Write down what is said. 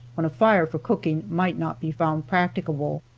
when a fire for cooking might not be found practicable.